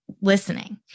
listening